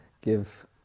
give